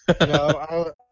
No